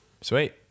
Sweet